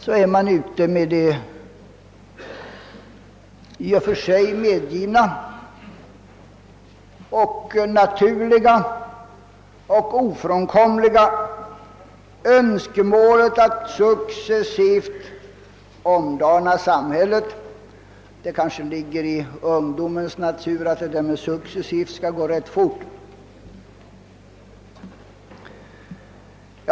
Man är kanske ute i det i och för sig naturliga och ofrånkomliga syftet att successivt omdana samhället, men det ligger i ungdomens kynne att gärna ersätta begreppet successivt med »ganska fort».